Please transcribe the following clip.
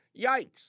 Yikes